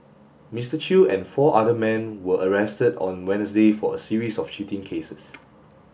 Mister Chew and four other men were arrested on Wednesday for a series of cheating cases